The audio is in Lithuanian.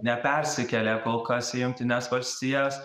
nepersikėlė kol kas į jungtines valstijas